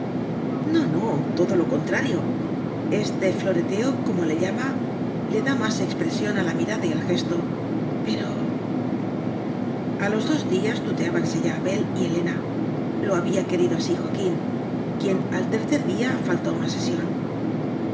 no no todo lo contrario este floreteo como le llama le da más expresión a la mi rada y al gesto pero a los dos días tuteábanse ya abel y he lena lo había querido así joaquín quien al tercer día faltó a una sesión